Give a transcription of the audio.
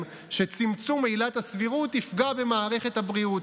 שצמצום עילת הסבירות תפגע במערכת הבריאות,